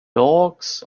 dogs